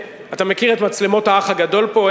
אתה מכיר את מצלמות האח הגדול פה?